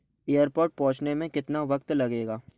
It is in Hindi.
एयरपोर्ट पहुँचने में कितना वक़्त लगेगा